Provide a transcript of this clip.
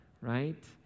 right